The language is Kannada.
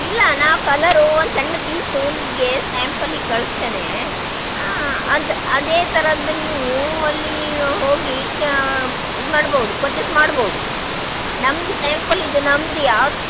ಇಲ್ಲ ನಾವು ಕಲರು ಒಂದು ಸಣ್ಣ ಪೀಸು ನಿಮಗೆ ಸ್ಯಾಂಪಲಿಗೆ ಕಳಿಸ್ತೇನೆ ಹಾಂ ಅದು ಅದೇ ಥರದ್ದು ನೀವು ಅಲ್ಲಿ ಹೋಗಿ ಇದು ಮಾಡ್ಬೋದು ಪರ್ಚೇಸ್ ಮಾಡ್ಬೋದು ನಮ್ದು ಸ್ಯಾಂಪಲ್ ಇದೆ ನಮ್ದು ಯಾವ